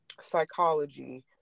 psychology